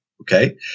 okay